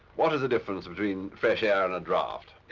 what is the difference between fresh air and a draught?